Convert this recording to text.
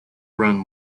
run